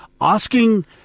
asking